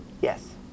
Yes